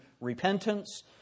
repentance